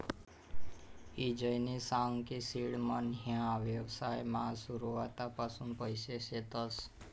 ईजयनी सांग की सीड मनी ह्या व्यवसायमा सुरुवातपासून पैसा शेतस